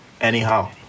anyhow